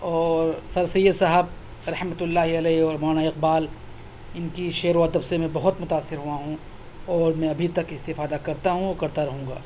اور سر سید صاحب رحمتہ اللہ علیہ اور مولانا اقبال ان کی شعر و ادب سے میں بہت متأثر ہوا ہوں اور میں ابھی تک استفادہ کرتا ہوں اور کرتا رہوں گا